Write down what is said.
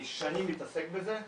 אני שנים מתעסק בזה,